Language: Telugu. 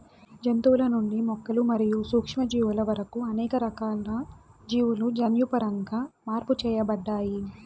జంతువుల నుండి మొక్కలు మరియు సూక్ష్మజీవుల వరకు అనేక రకాల జీవులు జన్యుపరంగా మార్పు చేయబడ్డాయి